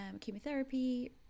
chemotherapy